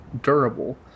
durable